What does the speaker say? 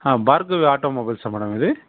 హ భార్గవి ఆటోమొబైల్సా మేడం ఇది